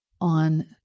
on